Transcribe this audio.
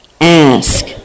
Ask